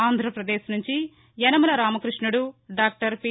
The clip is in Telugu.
ఆంధ్ర పదేశ్ నుంచి యనమల రామకృష్టుడు డాక్లర్ పి